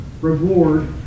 reward